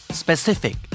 specific